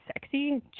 sexy